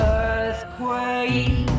earthquake